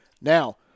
Now